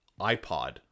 iPod